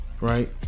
Right